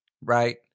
Right